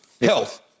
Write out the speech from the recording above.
health